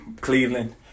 Cleveland